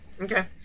Okay